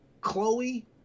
Chloe